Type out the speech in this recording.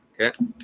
Okay